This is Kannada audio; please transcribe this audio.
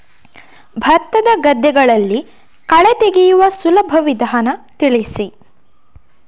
ಭತ್ತದ ಗದ್ದೆಗಳಲ್ಲಿ ಕಳೆ ತೆಗೆಯುವ ಸುಲಭ ವಿಧಾನ ತಿಳಿಸಿ?